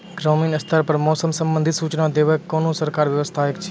ग्रामीण स्तर पर मौसम संबंधित सूचना देवाक कुनू सरकारी व्यवस्था ऐछि?